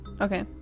Okay